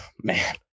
man